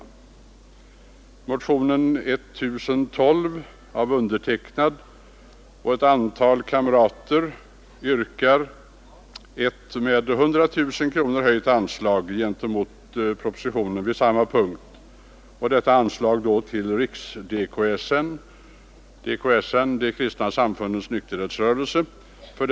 I motionen 1012 av mig själv och ett antal kamrater yrkas på ett med 100 000 kronor höjt anslag i förhållande till propositionen till det RIA-arbete — rådgivning i alkoholfrågor — som utförs av De kristna samfundens nykterhetsrörelse, DKSN.